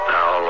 Now